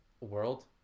world